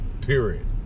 Period